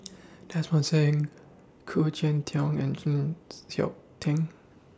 Desmond SIM Khoo Cheng Tiong and Chng Seok Tin